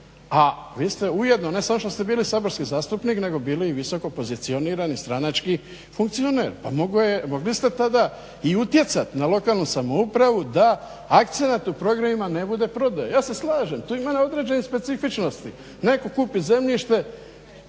a vi ste ujedno ne samo što ste bili saborski zastupnik nego bili i visoko pozicionirani stranački funkcionar. Mogli ste tada i utjecat na lokalnu samoupravu da akcent u programima ne bude prodaja. Ja se slažem. To ima određene specifičnosti. Netko kupi zemljište,